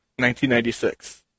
1996